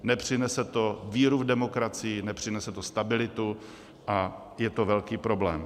Nepřinese to víru v demokracii, nepřinese to stabilitu a je to velký problém.